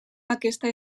aquesta